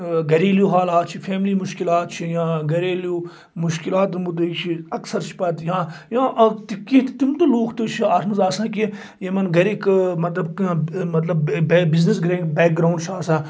گریلو حالات چھِ فیملی مُشکلات چھِ یا گریلو مشکلاتو مطٲبق چھِ اکثر چھِ پَتہٕ یا یا کیٚنٛہہ تِم تہِ لُکھ تہِ چھِ اتھ منٛز آسان کہِ یِمن گرکۍ مطلب کنہِ مطلب بزنٮ۪س بیک گرونڈ چھُ آسان